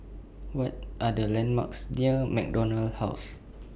What Are The landmarks near MacDonald House